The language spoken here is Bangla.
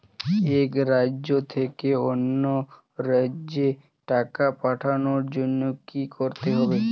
এক রাজ্য থেকে অন্য রাজ্যে টাকা পাঠানোর জন্য কী করতে হবে?